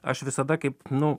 aš visada kaip nu